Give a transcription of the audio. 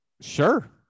sure